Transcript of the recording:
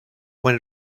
when